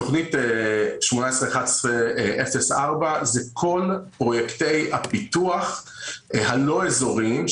תוכנית 18/11/04 שזה כל פרויקטי הפיתוח הלא אזוריים,